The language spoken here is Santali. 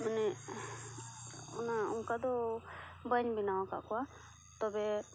ᱢᱟᱱᱮ ᱚᱱᱟ ᱚᱱᱠᱟ ᱫᱚ ᱵᱟᱹᱧ ᱵᱮᱱᱟᱣ ᱟᱠᱟᱫ ᱠᱚᱣᱟ ᱛᱚᱵᱮ